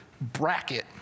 bracket